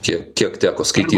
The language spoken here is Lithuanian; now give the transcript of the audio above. kiek kiek teko skaityt